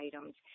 items